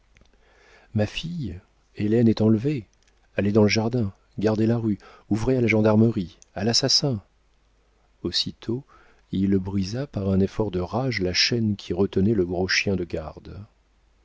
ma fille hélène est enlevée allez dans le jardin gardez la rue ouvrez à la gendarmerie a l'assassin aussitôt il brisa par un effort de rage la chaîne qui retenait le gros chien de garde